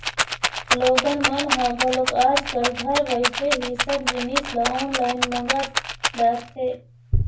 लोगन मन ह घलोक आज कल घर बइठे ही सब जिनिस ल ऑनलाईन मंगा डरथे